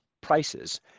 prices